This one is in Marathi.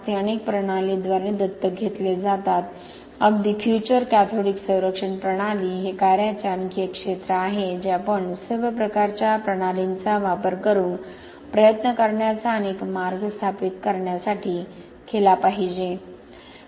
ते अनेक प्रणालींद्वारे दत्तक घेतले जातात अगदी प्रभावित कॅथोडिक संरक्षण प्रणाली हे कार्याचे आणखी एक क्षेत्र आहे जे आपण सर्व प्रकारच्या प्रणालींचा वापर करून प्रयत्न करण्याचा आणि एक मार्ग स्थापित करण्यासाठी केला पाहिजे